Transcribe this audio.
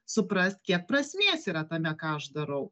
suprast kiek prasmės yra tame ką aš darau